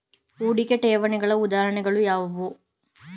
ಹೂಡಿಕೆ ಠೇವಣಿಗಳ ಉದಾಹರಣೆಗಳು ಯಾವುವು?